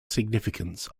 significance